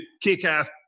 kick-ass